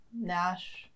Nash